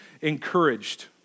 encouraged